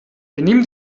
benimm